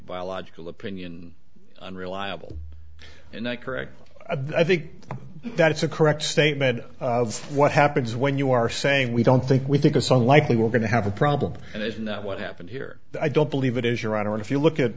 biological opinion unreliable and not correct i think that it's a correct statement of what happens when you are saying we don't think we think a song likely we're going to have a problem and isn't that what happened here i don't believe it is your honor if you look at